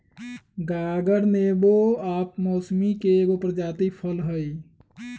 गागर नेबो आ मौसमिके एगो प्रजाति फल हइ